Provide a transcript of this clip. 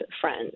friends